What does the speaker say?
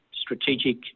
strategic